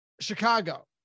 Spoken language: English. Chicago